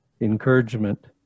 encouragement